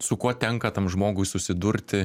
su kuo tenka tam žmogui susidurti